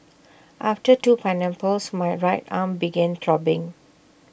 after two pineapples my right arm began throbbing